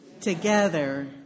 together